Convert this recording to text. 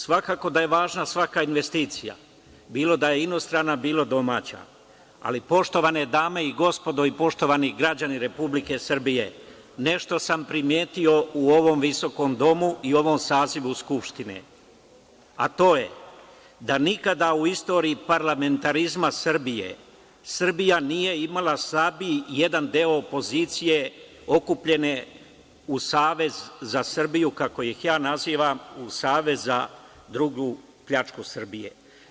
Svakako da je važna svaka investicija, bilo da je inostrana, bilo domaća, ali poštovane dame i gospodo, poštovani građani Republike Srbije, nešto sam primetio u ovom visokom domu i ovom sazivu Skupštine, a to je da nikada u istoriji parlamentarizma Srbije, Srbija nikada nije imala slabiji jedan deo opozicije okupljene u Savez za Srbiju, kako ih ja nazivam u saziv za drugu pljačku Srbije.